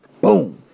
Boom